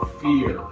fear